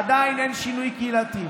עדיין אין שינוי קהילתי.